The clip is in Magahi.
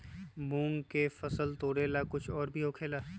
मूंग के फसल तोरेला कुछ और भी होखेला?